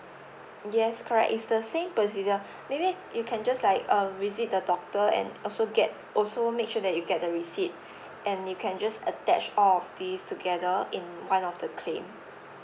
yes correct it's the same procedure maybe you can just like um visit the doctor and also get also make sure that you get the receipt and you can just attach all of these together in one of the claim